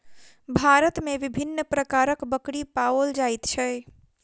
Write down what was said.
भारत मे विभिन्न प्रकारक बकरी पाओल जाइत छै